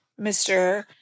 Mr